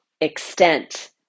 extent